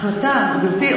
החלטה, גברתי.